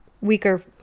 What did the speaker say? weaker